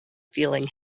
feeling